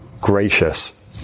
gracious